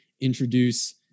introduce